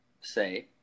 say